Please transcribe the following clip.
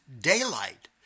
daylight